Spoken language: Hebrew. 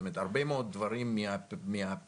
הרבה מאוד דברים מהפירות